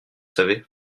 savez